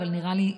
אבל נראה לי,